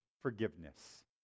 forgiveness